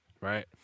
right